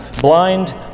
blind